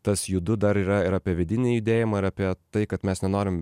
tas judu dar yra ir apie vidinį judėjimą ir apie tai kad mes nenorim